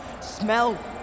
Smell